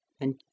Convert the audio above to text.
And